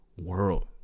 world